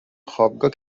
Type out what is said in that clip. خوابگاه